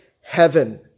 heaven